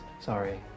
Sorry